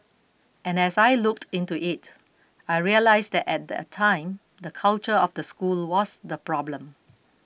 and as I looked into it I realised that at that time the culture of the school was the problem